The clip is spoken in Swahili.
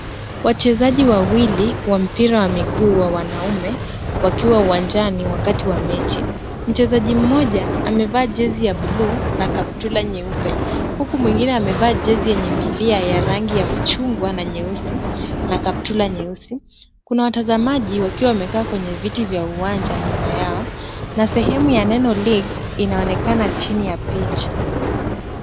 Wachezaji wawili wa mpira wa miguu wa wanaume wakiwa uwanjani wakati wa mechi. Mchezaji mmoja amevaa jezi ya blue na kaptura nyeupe huku mwingine amevaa jezi yenye milia ya rangi ya machungwa na nyeusi na kaptura nyeusi. Kuna watazamaji wakiwa wamekaa kwenye viti vya uwanja nyuma yao na sehemu ya neno league inaonekana chini ya picha.